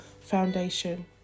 foundation